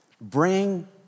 Bring